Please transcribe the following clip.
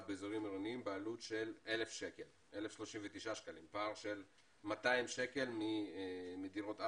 באזורים עירוניים בעלות של 1,039 שקלים פער של 200 שקל מדירות אל"ח.